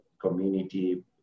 community